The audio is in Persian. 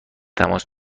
تماس